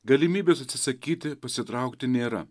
galimybės atsisakyti pasitraukti nėra